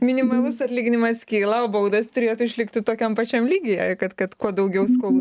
minimalus atlyginimas kyla o baudos turėtų išlikti tokiam pačiam lygyje kad kad kuo daugiau skolų